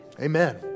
amen